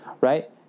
Right